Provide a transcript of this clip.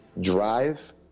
drive